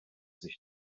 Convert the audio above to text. sich